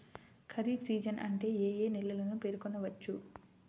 Kharif season అని ఏ ఏ నెలలను పేర్కొనవచ్చు?